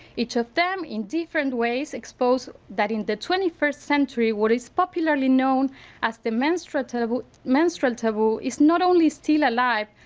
each of them in different ways expose that in the twenty first century what is popularly known as the menstrual taboo menstrual taboo is not only still alive,